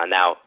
Now